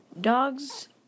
Dogs